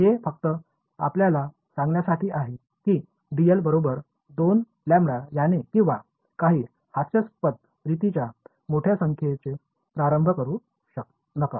हे फक्त आपल्याला सांगण्यासाठी आहे की dl बरोबर दोन λ याने किंवा काही हास्यास्पदरीतीच्या मोठ्या संख्येने प्रारंभ करू नका